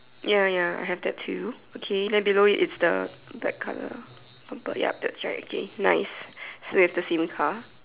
ya ya I have that too okay then below it's the black colour bumper ya that's right okay nice so that's the same car